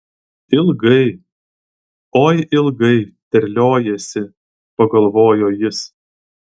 ilgai oi ilgai terliojasi pagalvojo jis